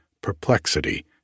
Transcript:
perplexity